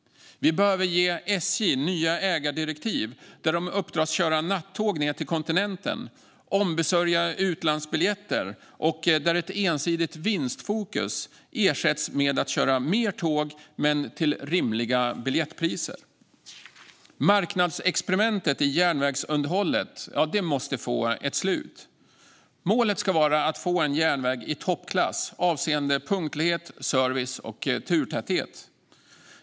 Vi behöver ge SJ nya ägardirektiv där de uppdras att köra nattåg ned till kontinenten och att ombesörja utlandsbiljetter. Dessutom måste ett ensidigt vinstfokus ersättas med att köra mer tåg till rimliga biljettpriser. Marknadsexperimentet i järnvägsunderhållet måste få ett slut. Målet ska vara att få en järnväg i toppklass avseende punktlighet, service och turtäthet.